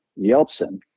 yeltsin